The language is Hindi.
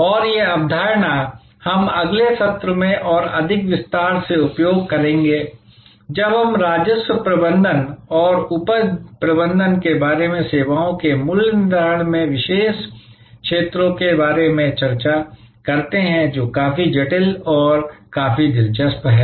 और यह अवधारणा हम अगले सत्र में और अधिक विस्तार से उपयोग करेंगे जब हम राजस्व प्रबंधन और उपज प्रबंधन के बारे में सेवाओं के मूल्य निर्धारण में विशेष क्षेत्रों के बारे में चर्चा करते हैं जो काफी जटिल और काफी दिलचस्प हैं